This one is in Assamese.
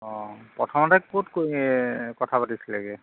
অঁ প্ৰথমতে ক'ত কথা পাতিছিলেগে